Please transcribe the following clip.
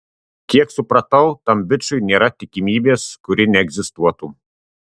kiek supratau tam bičui nėra tikimybės kuri neegzistuotų